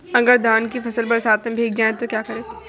अगर धान की फसल बरसात में भीग जाए तो क्या करें?